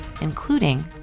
including